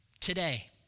today